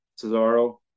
Cesaro